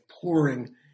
pouring